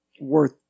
worth